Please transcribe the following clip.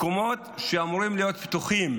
מקומות שאמורים להיות בטוחים,